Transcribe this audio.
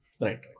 Right